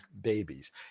babies